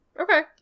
Okay